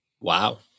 Wow